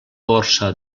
borsa